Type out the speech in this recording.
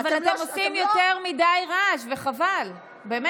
אתם עושים יותר מדי רעש, וחבל, באמת.